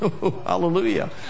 Hallelujah